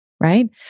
right